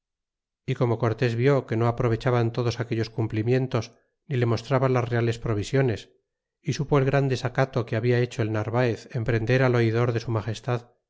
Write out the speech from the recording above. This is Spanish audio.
y como cortés vió que no aprovechaban todos aquellos cumplimientos ni le mostraba las reales provisiones y supo el gran desacato que habla hecho el narvaez en prender al oidor de su magestad